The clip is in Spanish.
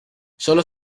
sólo